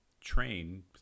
train